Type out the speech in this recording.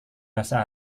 bahasa